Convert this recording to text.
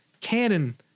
canon